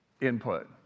input